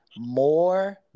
more